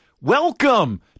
Welcome